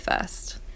first